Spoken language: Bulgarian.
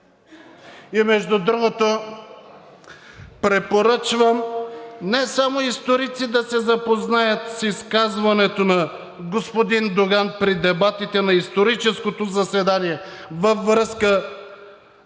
И между другото, препоръчвам не само историци да се запознаят с изказването на господин Доган при дебатите на историческото заседание във връзка